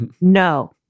no